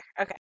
Okay